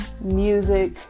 music